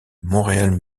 montréal